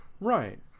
Right